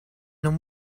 non